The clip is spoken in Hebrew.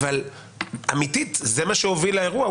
אבל אמיתית זה מה שהוביל לאירוע.